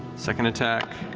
second attack,